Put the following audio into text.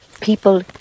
people